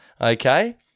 Okay